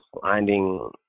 finding